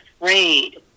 afraid